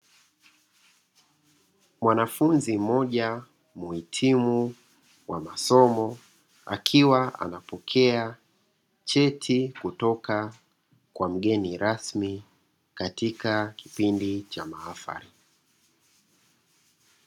Mwanafunzi mmoja muhitimu wa masomo akiwa anapokea cheti kutoka kwa mgeni rasmi katika kipindi cha mahafali.